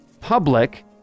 public